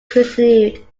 continued